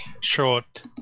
short